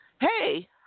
Hey